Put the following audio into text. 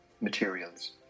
materials